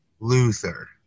Luther